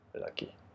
lucky